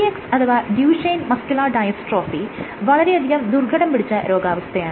mdx അഥവാ Duchenne muscular dystrophy വളരെയധികം ദുർഘടം പിടിച്ച രോഗാവസ്ഥയാണ്